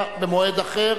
ועדת הפנים.